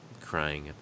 crying